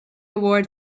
award